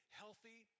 healthy